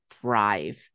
thrive